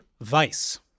Vice